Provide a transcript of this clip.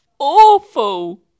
awful